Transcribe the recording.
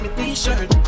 t-shirt